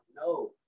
no